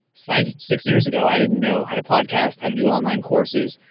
five, six years ago, i didn't know how to podcast, how to do online courses,